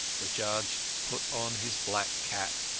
the judge put on his black cap.